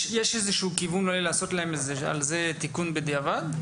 יש כיוון אולי לעשות להם על זה תיקון בדיעבד?